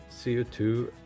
CO2